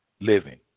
living